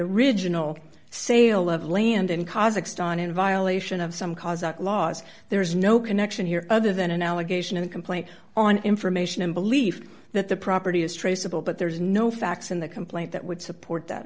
original sale of land in kazakhstan in violation of some cars laws there is no connection here other than an allegation and complaint on information and belief that the property is traceable but there's no facts in the complaint that would support that